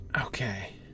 okay